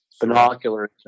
binoculars